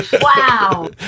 Wow